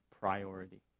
priority